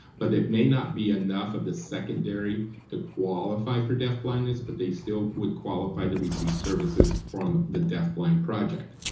but it may not be enough of the secondary to qualify for deaf-blindness, but they still would qualify to receive services from the deaf-blind project.